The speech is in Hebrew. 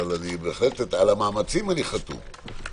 אבל על המאמצים אני חתום.